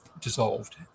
dissolved